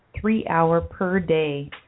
three-hour-per-day